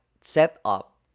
setup